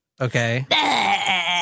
Okay